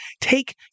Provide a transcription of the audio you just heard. take